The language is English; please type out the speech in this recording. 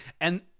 And-